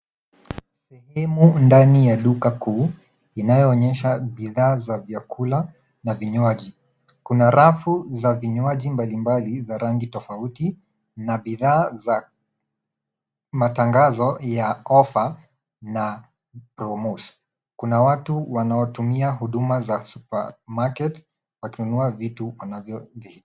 Sehemu ndani ya duka kuu, inayoonyesha bidhaa za vyakula na vinywaji. Kuna rafu za vinywaji mbalimbali za rangi tofauti na bidhaa za matangazo ya ofa na promotion . Kuna watu wanaotumia huduma za supermarket wakinunua vitu wanavyovihitaji.